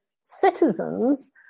citizens